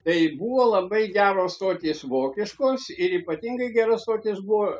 tai buvo labai geros stotys vokiškos ir ypatingai geros stotys buvo